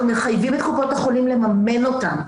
מחייבים את קופות החולים לממן אותם,